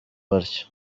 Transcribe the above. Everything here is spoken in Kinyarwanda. batyo